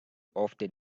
often